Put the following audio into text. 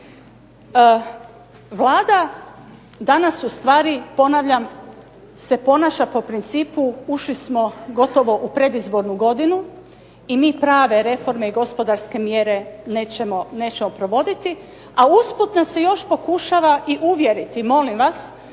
Vlada danas u stvari ponavljam se ponaša po principu ušli smo u gotovo predizbornu godinu i mi prave reforme i gospodarske mjere nećemo provoditi, a usput nas se još pokušava i uvjeriti molim vas